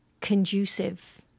conducive